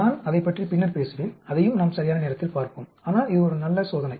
நான் அதைப் பற்றி பின்னர் பேசுவேன் அதையும் நாம் சரியான நேரத்தில் பார்ப்போம் ஆனால் இது ஒரு நல்ல சோதனை